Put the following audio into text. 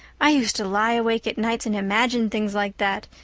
i used to lie awake at nights and imagine things like that,